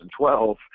2012